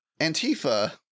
Antifa